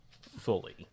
fully